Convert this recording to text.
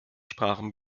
sprachen